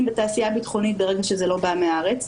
בתעשייה ביטחונית ברגע שזה לא בא מהארץ.